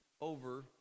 over